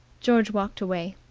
george walked away.